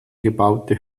gebaute